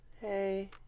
Hey